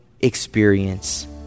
experience